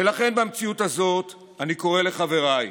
ולכן, במציאות הזו אני קורא לחבריי,